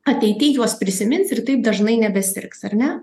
ateity juos prisimins ir taip dažnai nebesirgs ar ne